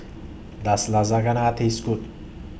Does Lasagna Taste Good